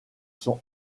sont